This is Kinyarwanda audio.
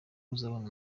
uzabona